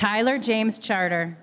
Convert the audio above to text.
tyler james charter